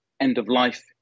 end-of-life